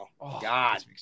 God